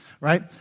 right